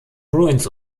bruins